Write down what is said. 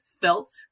felt